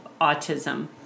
autism